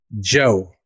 Joe